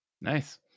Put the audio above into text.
Nice